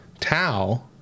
Tau